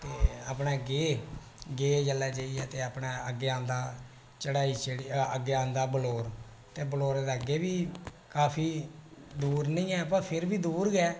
ते अपने गे जेल्लै अग्गै चलियै चढ़ाई चढ़ी ऐ अग्गै आंदा बलौर ते बलौर दे अग्गै बी काफी दूर नेईं ऐ फिर बी दूर गै है